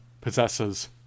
possesses